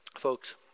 Folks